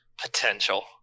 Potential